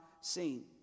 seen